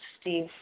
Steve